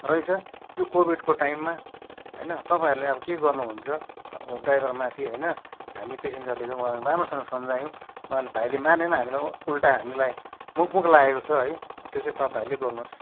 रहेछ यो कोभिडको टाइममा होइन तपाईँहरूले अब के गर्नु हुन्छ ड्राइभरमाथि होइन हामी पेसेन्जरले चाहिँ वहाँ राम्रोसँगले सम्झायौँ उहाँ भाइले मानेन हामीलाई उल्टा हामीलाई मुख मुख लागेको छ है त्यो चाहिँ तपाईँहरूले गर्नुहोस्